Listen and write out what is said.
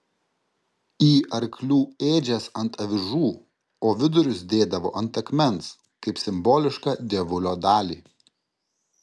į arklių ėdžias ant avižų o vidurius dėdavo ant akmens kaip simbolišką dievulio dalį